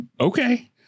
okay